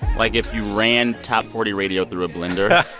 like, if you ran top forty radio through a blender.